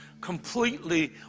completely